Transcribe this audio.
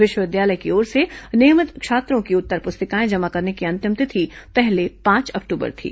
विश्वविद्यालय की ओर से नियमित छात्रों की उत्तर पुस्तिकाएं जमा करने की अंतिम तिथि पहले पांच अक्टूबर थी